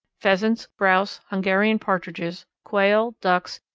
pheasants, grouse, hungarian partridges, quail, ducks,